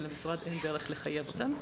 ולמשרד אין דרך לחייב אותן.